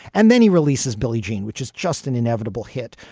and then he releases billie jean, which is just an inevitable hit.